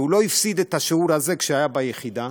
והוא לא הפסיד את השיעור הזה כשהיה ביחידה,